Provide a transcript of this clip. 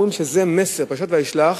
אומרים שזה מסר; פרשת וישלח.